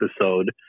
episode